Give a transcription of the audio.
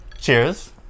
Cheers